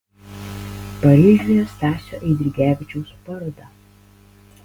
paryžiuje stasio eidrigevičiaus paroda